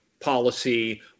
policy